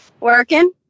Working